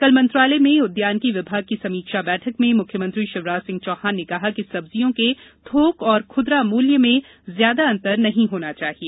कल मंत्रालय में उद्यानिकी विभाग की समीक्षा बैठक में मुख्यमंत्री शिवराज सिंह चौहान ने कहा कि सब्जियों के थोक व खुदरा मूल्य में ज्यादा अंतर नहीं होना चाहिए